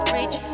Reach